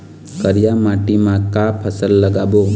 करिया माटी म का फसल लगाबो?